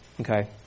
Okay